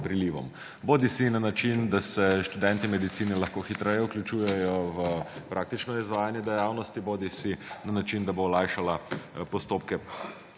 prilivom bodisi na način, da se študentje medicine lahko hitreje vključujejo v praktično izvajanje dejavnosti bodisi na način, da bo olajšala postopke